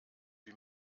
wie